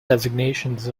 designations